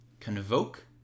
convoke